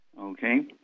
Okay